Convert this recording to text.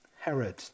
Herod